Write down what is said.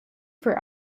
for